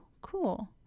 cool